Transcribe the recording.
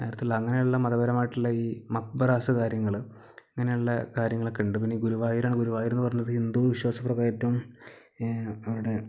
അടുത്തുള്ള അങ്ങനെയുള്ള മതപരമായിട്ടുള്ള ഈ മക്ബറാസ് കാര്യങ്ങള് ഇങ്ങനെയുള്ള കാര്യങ്ങളൊക്കെ ഉണ്ട് പിന്നെ ഗുരുവായൂരാണ് ഗുരുവായൂർ എന്ന് പറഞ്ഞത് ഹിന്ദു വിശ്വാസപ്രകാരം ഏറ്റവും അവിടെ